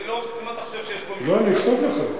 בסדר, אני, לא, אני אכתוב לך.